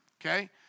okay